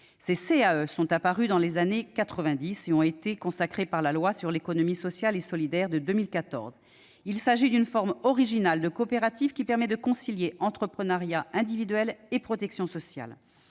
Ces CAE sont apparues dans les années 1990 et ont été consacrées par la loi du 31 juillet 2014 relative à l'économie sociale et solidaire. Il s'agit d'une forme originale de coopérative qui permet de concilier entrepreneuriat individuel et protection sociale.